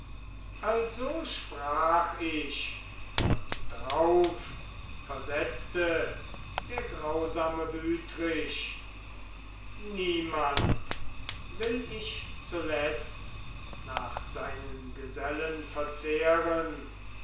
also sprach ich und drauf versetzte der grausame wütrich niemand will ich zuletzt nach seinen gesellen verzehren